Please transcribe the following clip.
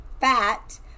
fat